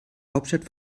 hauptstadt